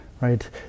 right